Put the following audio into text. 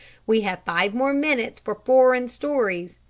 we have five more minutes for foreign stories.